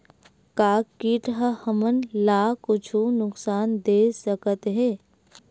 का कीट ह हमन ला कुछु नुकसान दे सकत हे?